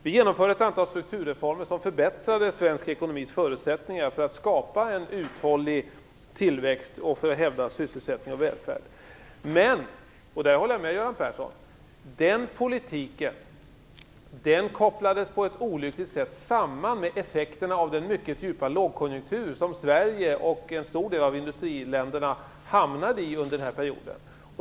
Vi genomförde ett antal strukturreformer som förbättrade svensk ekonomis förutsättningar för att skapa en uthållig tillväxt och för att hävda sysselsättning och välfärd. Men - och i det avseendet håller jag med Göran Persson - den politiken kopplas på ett olyckligt sätt samman med effekterna av den mycket djupa lågkonjunktur som Sverige och en stor del av industriländerna hamnade i under den här perioden.